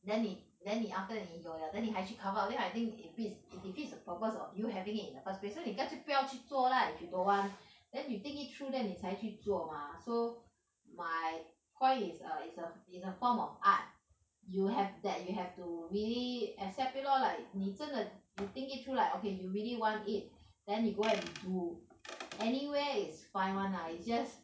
then 你 then 你 after 你有 liao then 你还去 cover up then I think it beats it defeats the purpose of you having it in the first place so 你 just 不要去做 lah if you don't want then 你 think it through then 你才去做 mah so my point is a is a is a form of art you have that you have to really accept it lor like 你真的 you think it through like okay you really want it then you go and do anywhere is fine [one] lah it's just